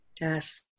yes